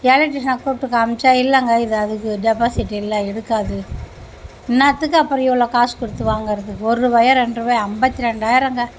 எலக்ட்ரிஷன கூப்பிட்டு காம்ச்சா இல்லைங்க இது அதுக்கு டெப்பாசிட்டி இல்லை எடுக்காது இன்னாத்துக்கு அப்புறோம் இவ்வளோ காசு கொடுத்து வாங்குறது ஒர்ருவாயா ரெண்ட்ருவாயா ஐம்பத்தி ரெண்டாயிரங்க